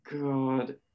God